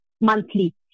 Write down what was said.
monthly